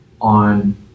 on